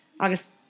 August